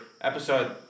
episode